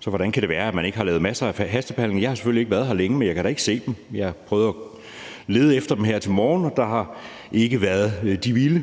Så hvordan kan det være, at man ikke har lavet masser af hastebehandlinger? Jeg har selvfølgelig ikke været her længe, men jeg kan ikke se dem. Jeg prøvede at lede efter dem her til morgen, og der har ikke været det vilde.